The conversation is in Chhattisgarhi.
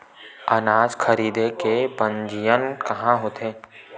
अनाज खरीदे के पंजीयन कहां होथे?